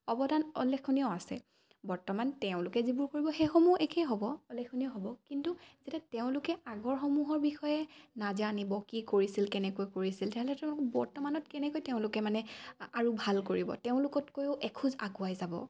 অৱদান উল্লেখনীয় আছে বৰ্তমান তেওঁলোকে যিবোৰ কৰিব সেইসমূহো একেই হ'ব উল্লেখনীয় হ'ব কিন্তু যেতিয়া তেওঁলোকে আগৰসমূহৰ বিষয়ে নাজানিব কি কৰিছিল কেনেকৈ কৰিছিল তেনেহ'লে তেওঁলোক বৰ্তমানত কেনেকৈ তেওঁলোকে মানে আৰু ভাল কৰিব তেওঁলোকতকৈও এখোজ আগুৱাই যাব